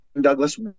Douglas